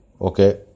okay